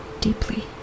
deeply